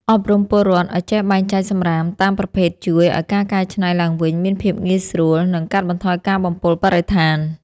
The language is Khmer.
អប់រំពលរដ្ឋឱ្យចេះបែងចែកសំរាមតាមប្រភេទជួយឱ្យការកែច្នៃឡើងវិញមានភាពងាយស្រួល និង កាត់បន្ថយការបំពុលបរិស្ថាន។